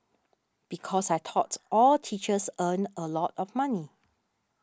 because I thought all teachers earned a lot of money